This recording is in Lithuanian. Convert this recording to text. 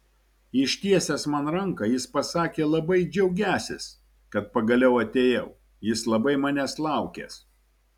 ištiesęs man ranką jis pasakė labai džiaugiąsis kad pagaliau atėjau jis labai manęs laukęs